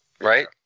right